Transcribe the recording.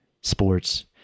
sports